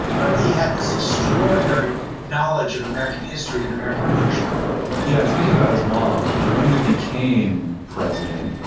but he had this extraordinary knowledge of american history and american leadership yeah, speaking about his mom, when he became president,